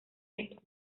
esto